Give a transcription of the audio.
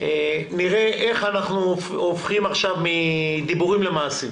נראה איך אנחנו הופכים עכשיו מדיבורים למעשים.